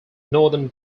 northern